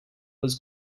was